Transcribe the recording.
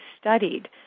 studied